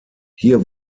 hier